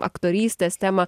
aktorystės temą